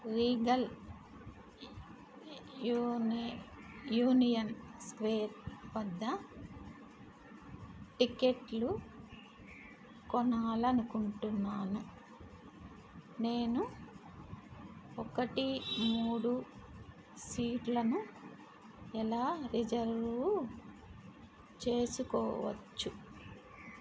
Regal uni Union Square వద్ద టిక్కెట్లు కొనాలి అనుకుంటున్నాను నేను ఒకటి మూడు సీట్లను ఎలా రిజర్వు చేసుకోవచ్చు